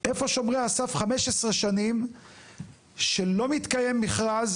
איפה שומרי הסף 15 שנים שלא מתקיים מכרז,